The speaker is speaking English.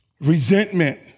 resentment